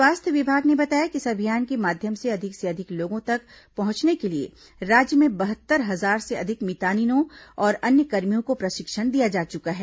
स्वास्थ्य विभाग ने बताया कि इस अभियान के माध्यम से अधिक से अधिक लोगों तक पहुंचने के लिए राज्य में बहत्तर हजार से अधिक मितानिनों और अन्य कर्मियों को प्रशिक्षण दिया जा चुका है